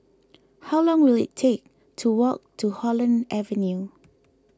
how long will it take to walk to Holland Avenue